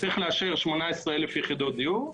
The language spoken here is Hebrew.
צריך לאשר כל שנה 18,000 יחידות דיור,